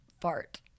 Fart